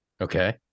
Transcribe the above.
okay